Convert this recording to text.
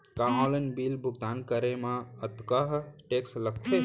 का online bill भुगतान करे मा अक्तहा टेक्स लगथे?